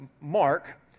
Mark